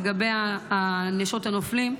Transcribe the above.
לגבי נשות הנופלים,